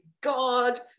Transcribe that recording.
God